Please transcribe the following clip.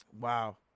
Wow